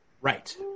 Right